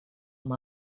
amb